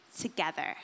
together